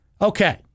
Okay